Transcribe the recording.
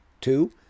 two